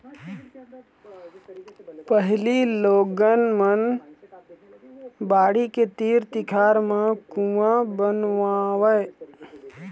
पहिली लोगन मन बाड़ी के तीर तिखार म कुँआ बनवावय